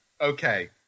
Okay